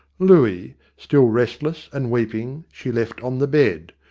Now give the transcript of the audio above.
looey, still restless and weeping, she left on the bed,